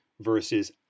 versus